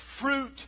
fruit